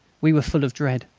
we were full of dread.